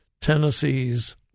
Tennessee's